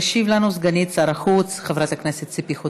תשיב לנו סגנית שר החוץ, חברת הכנסת ציפי חוטובלי,